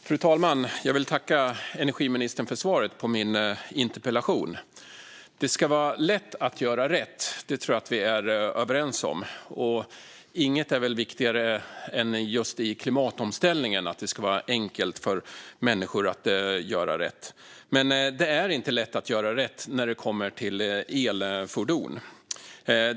Fru talman! Jag vill tacka energiministern för svaret på min interpellation. Det ska vara lätt att göra rätt. Det tror jag att vi är överens om, och inget är väl viktigare just i klimatomställningen än att det ska vara enkelt för människor att göra rätt? Men det är inte lätt att göra rätt när det kommer till elfordon.